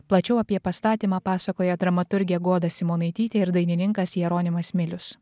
plačiau apie pastatymą pasakoja dramaturgė goda simonaitytė ir dainininkas jeronimas milius